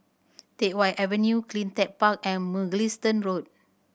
Teck Whye Avenue Cleantech Park and Mugliston Road